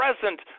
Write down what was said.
present